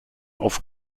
auf